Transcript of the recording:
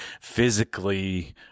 physically